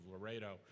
Laredo